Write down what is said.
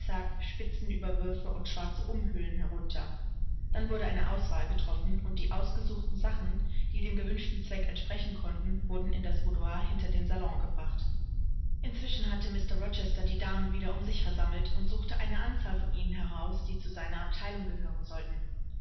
seidene casaques spitzenüberwürfe und schwarze umhüllen herunter dann wurde eine auswahl getroffen und die ausgesuchten sachen die dem gewünschten zweck entsprechen konnten wurden in das boudoir hinter den salon gebracht inzwischen hatte mr rochester die damen wieder um sich versammelt und suchte eine anzahl von ihnen heraus die zu seiner abteilung gehören sollten